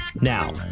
Now